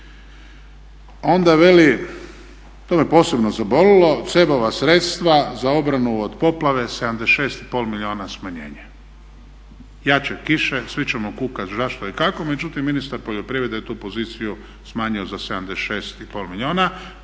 Onda veli, to me posebno zabolila CEB-ova sredstva za obranu od poplave 76 i pol milijuna smanjenje. Jačaju kiše, svi ćemo kukati zašto i kako. Međutim, ministar poljoprivrede je tu poziciju smanjio za 76 i pol milijuna.